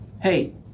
hey